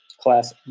Class